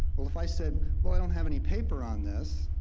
well if i said, well i don't have any paper on this,